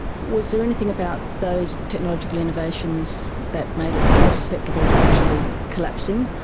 was there anything about those technological innovations that made it more susceptible to actually collapsing?